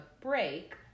break